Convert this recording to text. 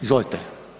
Izvolite.